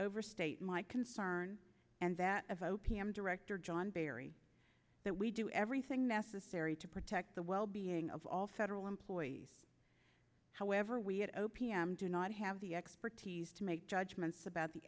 overstate my concern and that of o p m director john berry that we do everything necessary to protect the wellbeing of all federal employees however we had o p m do not have the expertise to make judgments about the